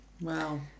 Wow